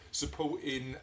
supporting